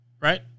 right